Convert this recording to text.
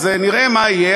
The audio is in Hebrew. אז נראה מה יהיה.